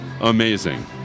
amazing